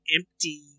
empty